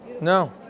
No